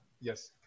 Yes